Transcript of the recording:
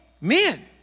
men